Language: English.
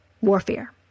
warfare